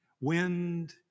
wind